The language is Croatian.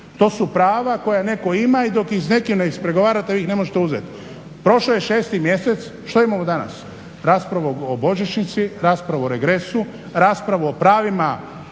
To su prava koja netko ima i dok ih s nekim ne ispregovarate vi ih ne možete uzeti. Prošao je 6. mjesec, što imamo danas? Raspravu o božićnici, raspravu o regresu, raspravu o pravima